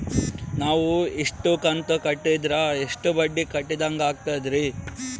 ನಾವು ಇಷ್ಟು ಕಂತು ಕಟ್ಟೀದ್ರ ಎಷ್ಟು ಬಡ್ಡೀ ಕಟ್ಟಿದಂಗಾಗ್ತದ್ರೀ?